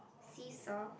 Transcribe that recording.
seashore